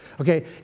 Okay